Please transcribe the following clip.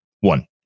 One